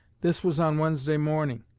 this was on wednesday morning,